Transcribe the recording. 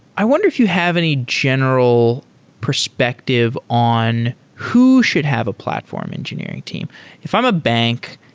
i wonder if you have any general perspective on who should have a platform engineering team if i'm a bank,